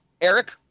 Eric